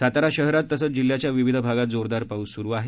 सातारा शहरात तसेच जिल्ह्याच्या विविध भागात जोरदार पाऊस सुरू आहे